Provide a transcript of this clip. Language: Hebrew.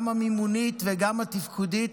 גם המימונית וגם התפקודית,